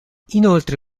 inoltre